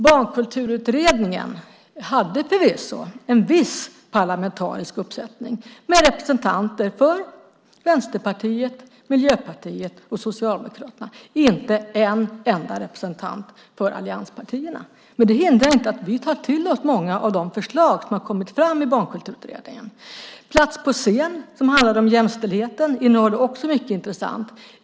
Barnkulturutredningen hade förvisso en viss parlamentarisk sammansättning med representanter för Vänsterpartiet, Miljöpartiet och Socialdemokraterna - inte en enda representant för allianspartierna. Det hindrar inte att vi tar till oss många av de förslag som har kommit fram i Barnkulturutredningen. Plats på scen som handlade om jämställdheten innehåller också mycket intressant.